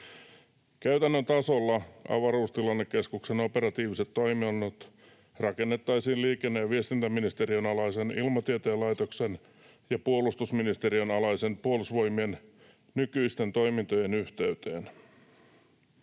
Käytännön tasolla avaruustilannekeskuksen operatiiviset toiminnot rakennettaisiin liikenne- ja viestintäministeriön alaisen Ilmatieteen laitoksen ja puolustusministeriön alaisen Puolustusvoimien nykyisten toimintojen yhteyteen.